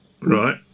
Right